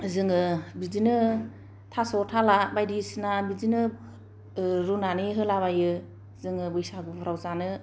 जोङो बिदिनो थास' थाला बायदिसिना बिदिनो रुनानै होला बायो जोङो बैसागुफ्राव जानो